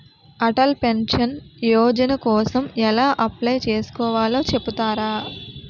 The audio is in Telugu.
అటల్ పెన్షన్ యోజన కోసం ఎలా అప్లయ్ చేసుకోవాలో చెపుతారా?